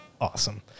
Awesome